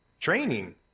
training